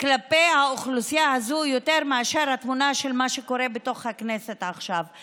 כלפי האוכלוסייה הזאץ יותר מאשר התמונה של מה שקורה בתוך הכנסת עכשיו,